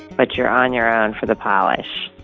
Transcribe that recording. but you're on your own for the polish.